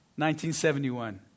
1971